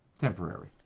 temporary